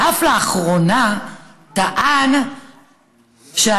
ואף לאחרונה הוא טען שהלהט"בים,